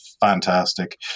fantastic